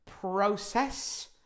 process